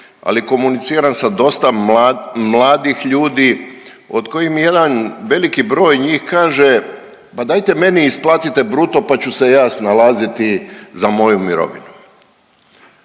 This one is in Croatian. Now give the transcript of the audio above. ali komuniciram sa dosta mladih ljudi od kojih mi jedan veliki broj njih kaže, pa dajte meni isplatite bruto da ću se ja snalaziti za moju mirovinu.